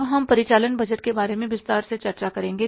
अब हम परिचालन बजट के बारे में विस्तार से चर्चा करेंगे